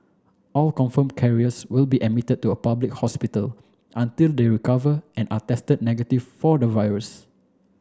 all confirm carriers will be admitted to a public hospital until they recover and are tested negative for the virus